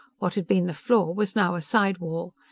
what had been the floor was now a side wall.